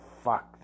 fuck